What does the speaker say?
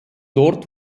dort